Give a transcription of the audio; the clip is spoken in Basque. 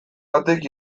batek